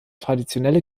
traditionelle